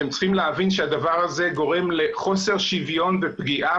אתם צריכים להבין שהדבר הזה גורם לחוסר שוויון ולפגיעה